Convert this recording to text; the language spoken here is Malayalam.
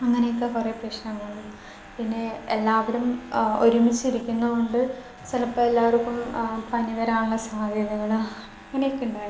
അങ്ങനെയൊക്കെ കുറേ പ്രശ്നങ്ങൾ പിന്നെ എല്ലാവരും ഒരുമിച്ചിരിക്കുന്നതു കൊണ്ട് ചിലപ്പോൾ എല്ലാവർക്കും പനി വരാനുള്ള സാധ്യതകൾ അങ്ങനെയൊക്കെ ഉണ്ടായിരുന്നു